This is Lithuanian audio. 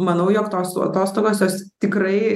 manau jog tos atostogos jos tikrai